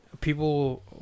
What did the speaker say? people